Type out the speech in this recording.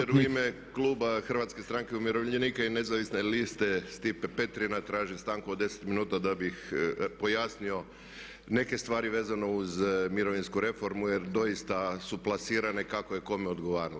Također u ime kluba Hrvatske stranke umirovljenika i Nezavisne liste Stipe Petrina tražim stanku od 10 minuta da bih pojasnio neke stvari vezano uz mirovinsku reformu jer doista su plasirane kako je kome odgovaralo.